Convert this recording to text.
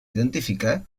identificar